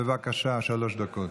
בבקשה, שלוש דקות.